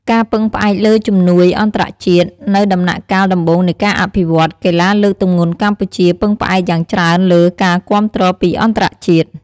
ការពឹងផ្អែកលើជំនួយអន្តរជាតិ នៅដំណាក់កាលដំបូងនៃការអភិវឌ្ឍន៍ កីឡាលើកទម្ងន់កម្ពុជាពឹងផ្អែកយ៉ាងច្រើនលើ ការគាំទ្រពីអន្តរជាតិ។